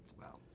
Wow